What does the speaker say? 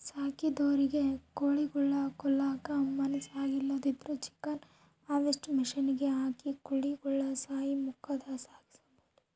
ಸಾಕಿದೊರಿಗೆ ಕೋಳಿಗುಳ್ನ ಕೊಲ್ಲಕ ಮನಸಾಗ್ಲಿಲ್ಲುದ್ರ ಚಿಕನ್ ಹಾರ್ವೆಸ್ಟ್ರ್ ಮಷಿನಿಗೆ ಹಾಕಿ ಕೋಳಿಗುಳ್ನ ಸಾಯ್ಸಿ ಮುಂದುಕ ಸಾಗಿಸಬೊದು